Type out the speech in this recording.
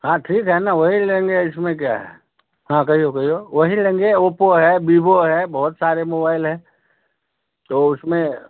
हाँ ठीक है ना वही लेंगे इसमें क्या है हाँ कहियो कहियो वही लेंगे ओप्पो है विवो है बहुत सारे मोबाइल हैं तो उस में